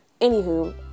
Anywho